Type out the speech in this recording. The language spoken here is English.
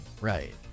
right